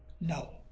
No